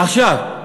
עכשיו,